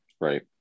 Right